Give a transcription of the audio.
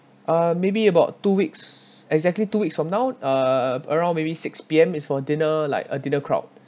uh maybe about two weeks exactly two weeks from now uh around maybe six P_M is for dinner like a dinner crowd